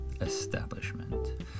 Establishment